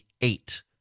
eight